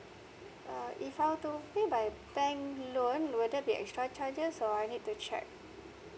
uh if I were to pay by bank loan will there be extra charges or I need to check